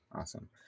Awesome